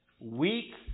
Weak